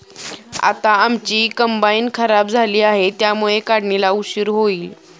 आता आमची कंबाइन खराब झाली आहे, त्यामुळे काढणीला उशीर होईल